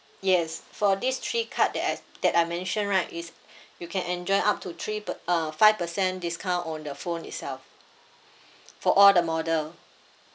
yes for these three card that I s~ that I mentioned right is you can enjoy up to three pe~ uh five percent discount on the phone itself for all the model